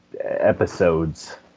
episodes